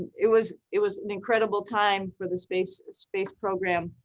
it was it was an incredible time for the space and space program.